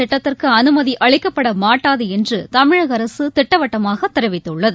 திட்டத்திற்குஅமைதிஅளிக்கப்படமாட்டாதுஎன்றுதமிழகஅரசுதிட்டவட்டமாகதெரிவித்துள்ளது